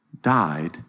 died